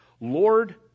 Lord